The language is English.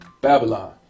Babylon